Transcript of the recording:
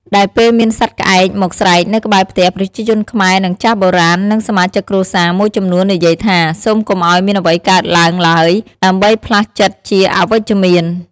ដែលពេលមានសត្វក្អែកមកស្រែកនៅក្បែរផ្ទះ ប្រជាជនខ្មែរនិងចាស់បុរាណនិងសមាជិកគ្រួសារមួយចំនួននិយាយថា: “សូមកុំឲ្យមានអ្វីកើតឡើងឡើយ” ដើម្បីផ្លាស់ចិត្តជាអវិជ្ជមាន។